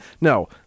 No